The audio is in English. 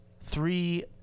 three